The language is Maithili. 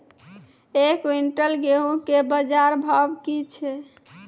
एक क्विंटल गेहूँ के बाजार भाव की छ?